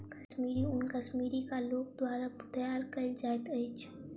कश्मीरी ऊन कश्मीरक लोक द्वारा तैयार कयल जाइत अछि